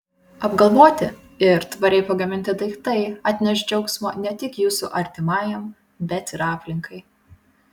apgalvoti ir tvariai pagaminti daiktai atneš džiaugsmo ne tik jūsų artimajam bet ir aplinkai